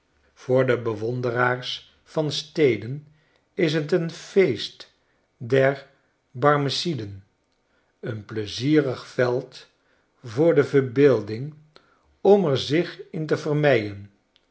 voor de bewonderaars van steden is t een feest der barmeciden een pleizierig veld voor de verbeelding om er zich in te vermeien